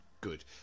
Good